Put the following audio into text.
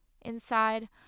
Inside